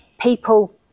people